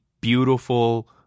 beautiful